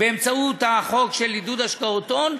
באמצעות החוק לעידוד השקעות הון,